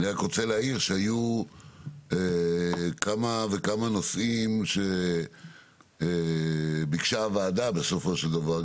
אני רק רוצה להעיר שהיו כמה וכמה נושאים שביקשה הוועדה בסופו של דבר.